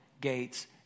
gates